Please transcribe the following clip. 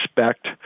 respect